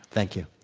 thank you.